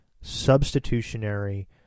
substitutionary